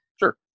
sure